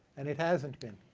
and it hasn't been.